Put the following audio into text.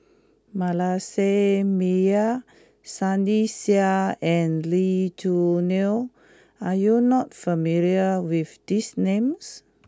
Manasseh Meyer Sunny Sia and Lee Choo Neo are you not familiar with these names